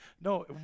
no